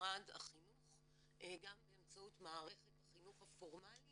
ומשרד החינוך, גם באמצעות מערכת החינוך הפורמלי